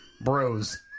bros